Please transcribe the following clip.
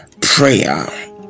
prayer